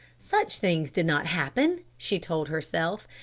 such things did not happen, she told herself,